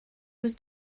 was